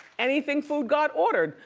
anything foodgod ordered.